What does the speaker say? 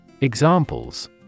Examples